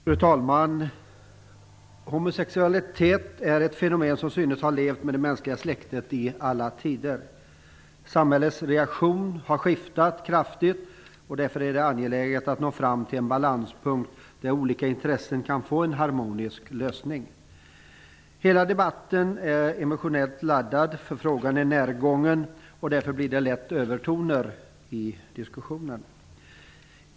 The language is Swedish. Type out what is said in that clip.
Fru talman! Homosexualitet är ett fenomen, som synes ha levt med det mänskliga släktet i alla tider. Samhällets reaktion har skiftat kraftigt, och därför är det angeläget att nå fram till en balanspunkt, där olika intressen kan få en harmonisk lösning. Hela debatten är emotionellt laddad därför att frågan är närgången, och det blir lätt fråga om övertoner.